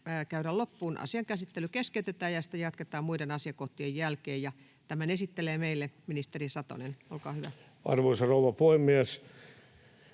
käydä loppuun, asian käsittely keskeytetään ja sitä jatketaan muiden asiakohtien jälkeen. — Ministeri Satonen, olkaa hyvä. Arvoisa rouva puhemies!